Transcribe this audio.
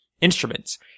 instruments